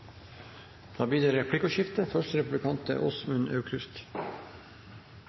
Da blir det